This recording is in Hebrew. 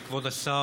כבוד השר,